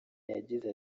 yagize